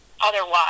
otherwise